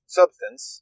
substance